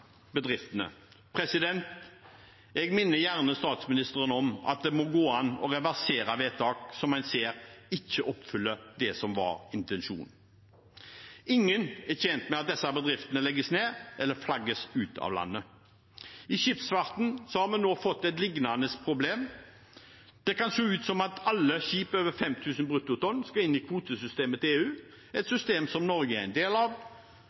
bedriftene. Jeg minner gjerne statsministeren om at det må gå an å reversere vedtak som en ser ikke oppfyller det som var intensjonen. Ingen er tjent med at disse bedriftene legges ned eller flagges ut av landet. I skipsfarten har vi nå fått et lignende problem. Det kan se ut som om alle skip over 5 000 bruttotonn skal inn i kvotesystemet til EU, et system som Norge er del av,